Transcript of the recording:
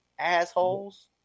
Assholes